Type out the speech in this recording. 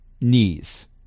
knees